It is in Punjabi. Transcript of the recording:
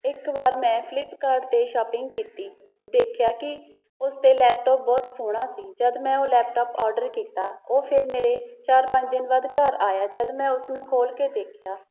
ਇੱਕ ਵਾਰ ਮੈਂ ਫਲਿਪਕਾਡ 'ਤੇ ਸ਼ੋਪਿੰਗ ਕੀਤੀ ਦੇਖਿਆ ਕਿ ਉਸ 'ਤੇ ਲੈਪਟੋਪ ਬਹੁਤ ਸੋਹਣਾ ਸੀ ਜਦ ਮੈਂ ਉਹ ਲੈਪਟੋਪ ਔਡਰ ਕੀਤਾ ਉਹ ਫਿਰ ਮੇਰੇ ਚਾਰ ਪੰਜ ਦਿਨ ਬਾਅਦ ਘਰ ਆਇਆ ਜਦ ਮੈਂ ਉਸਨੂੰ ਖੋਲ੍ਹ ਕੇ ਦੇਖਿਆ